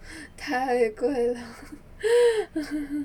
太贵了